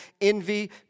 envy